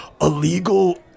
illegal